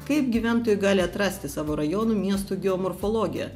kaip gyventojai gali atrasti savo rajonų miestų geomorfologiją